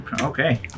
Okay